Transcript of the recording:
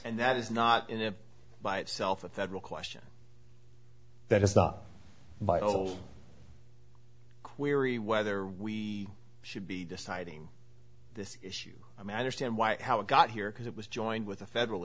and that is not in by itself a federal question that is not by old query whether we should be deciding this issue i mean i understand why and how it got here because it was joined with a federal